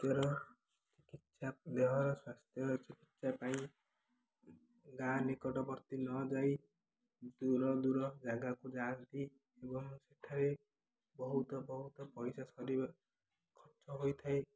ସ୍ଵାସ୍ଥ୍ୟର ଚିକିତ୍ସା ଦେହର ସ୍ୱାସ୍ଥ୍ୟର ଚିକିତ୍ସା ପାଇଁ ଗାଁ ନିକଟବର୍ତ୍ତୀ ନଯାଇ ଦୂର ଦୂର ଜାଗାକୁ ଯାଆନ୍ତି ଏବଂ ସେଠାରେ ବହୁତ ବହୁତ ପଇସା ସ ଖର୍ଚ୍ଚ ହୋଇଥାଏ